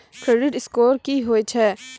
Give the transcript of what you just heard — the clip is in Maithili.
क्रेडिट स्कोर की होय छै?